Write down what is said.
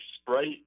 Sprite